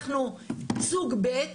אנחנו סוג ב'.